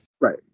Right